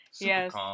Yes